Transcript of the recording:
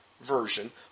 version